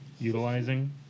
utilizing